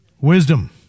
wisdom